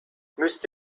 müsst